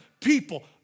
people